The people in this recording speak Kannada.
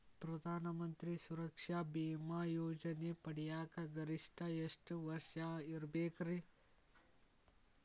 ಪ್ರಧಾನ ಮಂತ್ರಿ ಸುರಕ್ಷಾ ಭೇಮಾ ಯೋಜನೆ ಪಡಿಯಾಕ್ ಗರಿಷ್ಠ ಎಷ್ಟ ವರ್ಷ ಇರ್ಬೇಕ್ರಿ?